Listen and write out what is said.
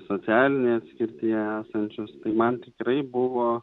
socialinėje atskirtyje esančius tai man tikrai buvo